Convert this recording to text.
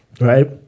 Right